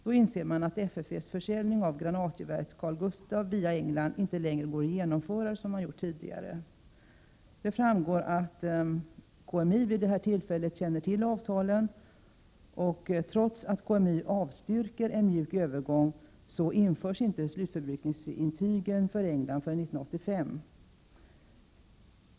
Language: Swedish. Då inser man att FFV:s försäljning av granatgeväret Carl Gustaf via England inte längre går att genomföra såsom tidigare. Det framgår att KMI vid det här tillfället känner till avtalen. Trots att KMI avstyrker en mjuk övergång införs inte slutförbrukningsintygen för England förrän 1985.